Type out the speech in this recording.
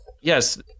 yes